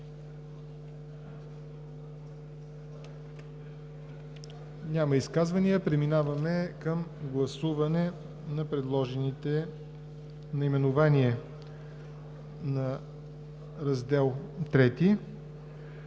Няма изказвания. Преминаваме към гласуване на предложеното наименование на Раздел